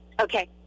Okay